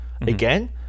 again